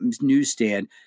newsstand